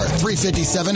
357